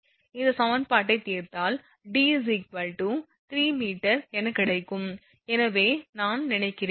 இந்த சமன்பாட்டைத் தீர்த்தால் D 3m எனக் கிடைக்கும் என்று நான் நினைக்கிறேன்